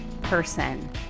person